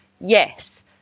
Yes